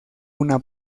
una